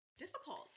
difficult